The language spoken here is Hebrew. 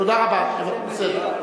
תודה רבה, בסדר.